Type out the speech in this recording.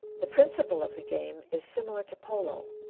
the principle of the game is similar to polo.